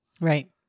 Right